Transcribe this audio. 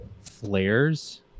flares